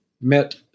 met